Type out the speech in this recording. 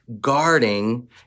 guarding